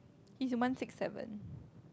he is one six seven